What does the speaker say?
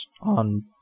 on